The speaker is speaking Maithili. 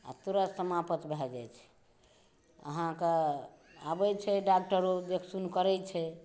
आ तुरत समाप्त भए जाय छै अहाँके आबै छै डाक्टरो देख सुन करै छै